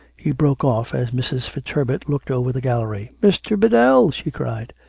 he broke off, as mrs. fitzherbert looked over the gal lery. mr. biddell! she cried.